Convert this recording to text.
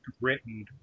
written